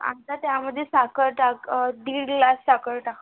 आत्ता त्यामध्ये साखर टाक दीड ग्लास साखर टाक